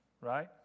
right